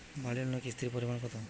বাড়ি লোনে কিস্তির পরিমাণ কত?